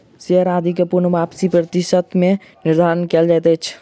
share आदि के पूर्ण वापसी प्रतिशत मे निर्धारित कयल जाइत अछि